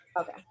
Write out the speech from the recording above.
okay